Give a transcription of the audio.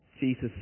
Jesus